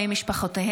בנושא: